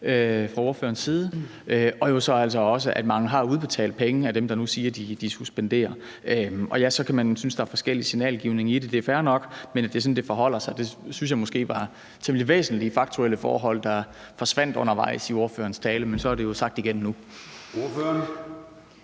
fra ordførerens side, og jo altså også, at mange af dem, der nu siger, at de suspenderer støtten, allerede har udbetalt penge. Så kan man synes, at der er forskellig signallovgivning i det, det er fair nok, men at det er sådan, det forholder sig, synes jeg måske var temmelig væsentlige faktuelle forhold, der forsvandt undervejs i ordførerens tale. Men så er det jo sagt igen nu. Kl.